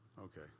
okay